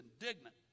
indignant